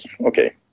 okay